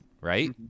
right